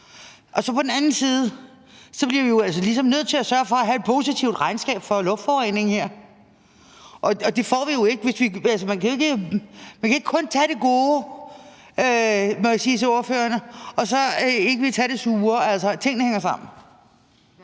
på den anden side bliver vi ligesom nødt til at sørge for at have et positivt regnskab for luftforureningen her. Man kan jo ikke kun tage det søde og så ikke ville tage det sure. Tingene hænger sammen.